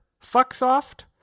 Fucksoft